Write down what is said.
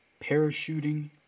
Parachuting